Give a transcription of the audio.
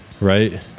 right